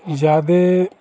ज़्यादा